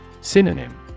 Synonym